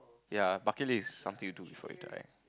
yea bucket list is something you do before you die